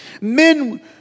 men